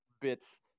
bits